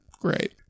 great